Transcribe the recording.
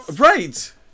Right